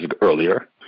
earlier